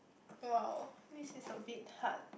!wow! this is a bit hard